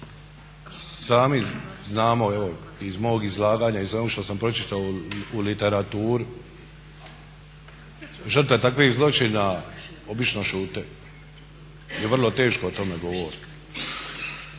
Sami znamo i evo iz mog izlaganja iz onog što sam pročitao u literaturi žrtve takvih zločina obično šute i vrlo teško o tome govore.